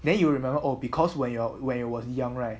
then you will remember oh because when you're when he was young right